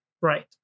right